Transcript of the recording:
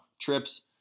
trips